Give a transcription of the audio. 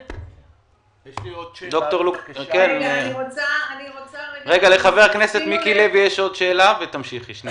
יש עוד שאלה לחבר הכנסת מיקי לוי, ותמשיכי.